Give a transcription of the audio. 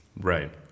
Right